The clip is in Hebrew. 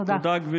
תודה.